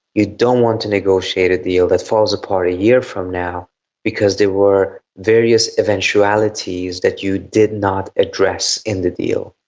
you don't want to negotiate a deal that falls apart a year from now because there were various eventualities that you did not address in the deal.